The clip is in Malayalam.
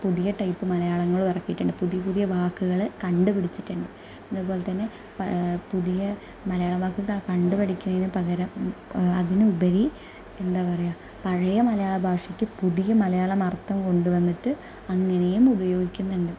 പുതിയ ടൈപ്പ് മലയാളങ്ങളും ഇറക്കിയിട്ടുണ്ട് പുതിയ പുതിയ വാക്കുകൾ കണ്ടുപിടിച്ചിട്ടുണ്ട് അതേപോലെതന്നെ പുതിയ മലയാളം വാക്ക്ക കണ്ടു പഠിക്കുന്നതിനു പകരം അതിനുപരി എന്താ പറയുക പഴയ മലയാളഭാഷയ്ക്ക് പുതിയ മലയാളം അർത്ഥം കൊണ്ടു വന്നിട്ട് അങ്ങനെയും ഉപയോഗിക്കുന്നുണ്ട്